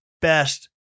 best